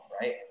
right